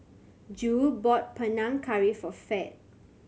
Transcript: Jule bought Panang Curry for Fed